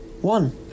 one